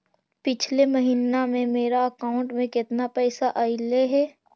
पिछले महिना में मेरा अकाउंट में केतना पैसा अइलेय हे?